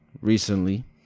recently